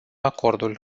acordul